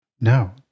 No